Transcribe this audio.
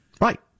Right